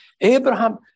Abraham